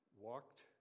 walked